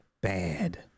bad